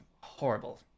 horrible